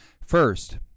First